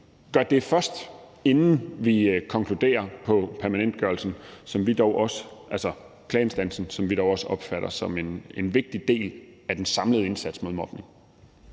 gør det først, inden vi konkluderer på en permanentgørelse af klageinstansen, som vi dog også opfatter som en vigtig del af den samlede indsats mod mobning.